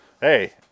Hey